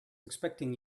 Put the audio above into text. expecting